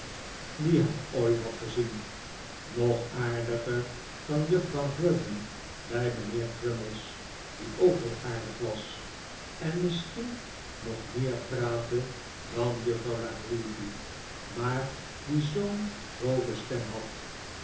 die hij ooit had gezien nog aardiger dan juffrouw grudden bij mijnheer crummies die ook heel aardig was en misschien nog meer praatte dan juffrouw la creevy maar die zoo'n grove stem had